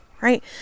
right